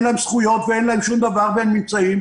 להם זכויות ואין להם שום דבר והם נמצאים,